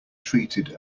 treated